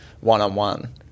one-on-one